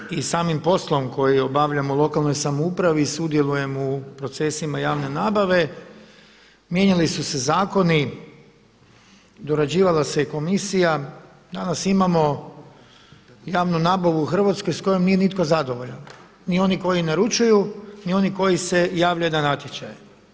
Naime, dugo godina i samim poslom koji obavljam u lokalnoj samoupravi sudjelujem u procesima javne nabave, mijenjali su se zakoni, dorađivala se komisija, danas imamo javnu nabavu u Hrvatskoj s kojom nije nitko zadovoljan, ni oni koji naručuju, ni oni koji se javljaju na natječaj.